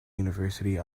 university